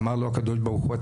אמר לו הקדוש ברוך הוא,